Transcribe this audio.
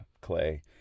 Clay